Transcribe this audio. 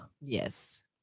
Yes